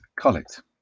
collect